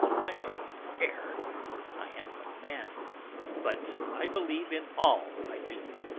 i may err i am but man but i believe in all i do.